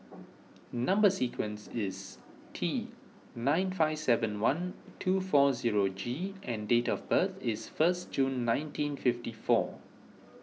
Number Sequence is T nine five seven one two four zero G and date of birth is first June nineteen fifty four